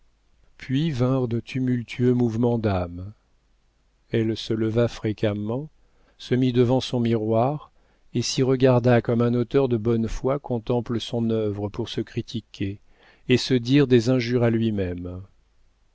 puis vinrent de tumultueux mouvements d'âme elle se leva fréquemment se mit devant son miroir et s'y regarda comme un auteur de bonne foi contemple son œuvre pour se critiquer et se dire des injures à lui-même